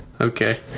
Okay